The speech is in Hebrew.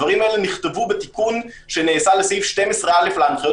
הדברים האלה נכתבו בתיקון שנעשה לסעיף 12א' להנחיות